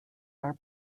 are